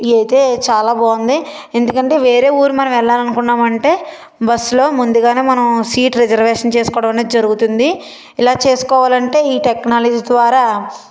ఇవి అయితే చాలా బాగుంది ఎందుకంటే వేరే ఊరు మనం వెళ్ళాలనుకున్నామంటే బస్లో ముందుగానే మనము సీట్ రిజర్వేషన్ చేసుకోవడం అనేది జరుగుతుంది ఇలా చేసుకోవాలంటే ఈ టెక్నాలజి ద్వారా